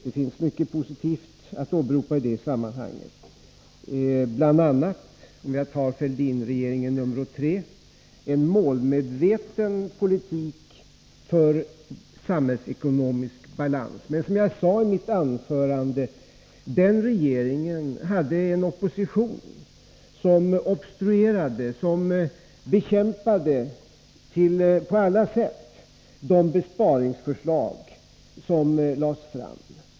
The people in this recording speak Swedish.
Det finns mycket positivt att åberopa i det sammanhanget, bl.a., om jag tar regeringen Fälldin III, en målmedveten politik för samhällsekonomisk balans. Som jag sade i mitt tidigare anförande hade emellertid den regeringen en opposition, som obstruerade och bekämpade på alla sätt de besparingsförslag som lades fram.